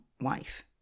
wife